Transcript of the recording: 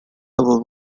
civil